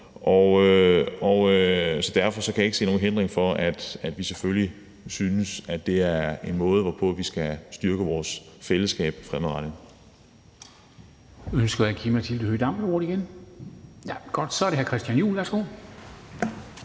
derfor kan jeg ikke se nogen hindring for, at vi selvfølgelig synes, at det er en måde, hvorpå vi skal styrke vores fællesskab fremadrettet.